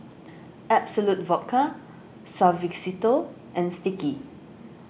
Absolut Vodka Suavecito and Sticky